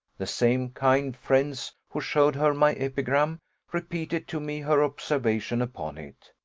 the same kind friends who showed her my epigram repeated to me her observation upon it.